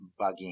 bugging